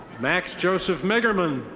max joseph magerman.